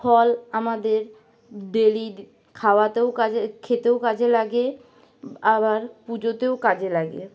ফল আমাদের ডেলি খাওয়াতেও কাজে খেতেও কাজে লাগে আবার পুজোতেও কাজে লাগে